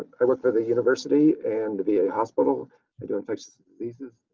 i work for the university and the v a. hospital. i do infectious diseases.